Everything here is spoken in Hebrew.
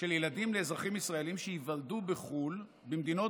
ילדים לאזרחים ישראלים שייוולדו בחו"ל במדינות